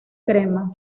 crema